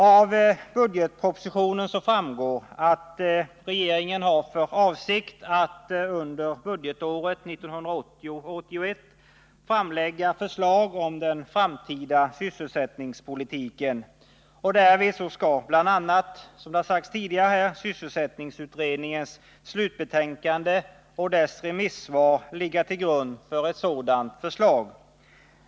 Av budgetpropositionen framgår att regeringen har för avsikt att under budgetåret 1980/81 framlägga förslag om den framtida sysselsättningspolitiken. Därvid skall bl.a. — som det har sagts tidigare här — sysselsättningsutredningens slutbetänkande och dess remissvar ligga till grund för ett sådant förslag.